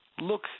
look